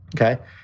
Okay